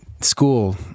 school